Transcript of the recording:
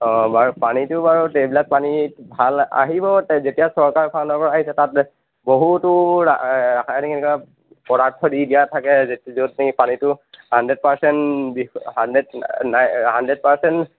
অঁ বাৰু পানীটো বাৰু এইবিলাক পানী ভাল আহিব যেতিয়া চৰকাৰৰ ফালৰ পৰা আহিছে তাত বহুতো ৰাসায়নিক এনেকুৱা পদাৰ্থ দি দিয়া থাকে য'ত নেকি পানীটো hundred percent hundred hundred percent